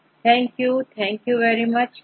Thank you very much thank you very much